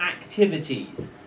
activities